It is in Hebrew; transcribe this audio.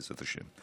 בעזרת השם.